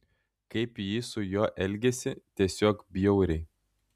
kaip ji su juo elgiasi tiesiog bjauriai